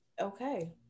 Okay